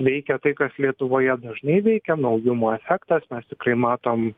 veikia tai kas lietuvoje dažnai veikia naujumo efektas mes tikrai matom